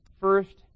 first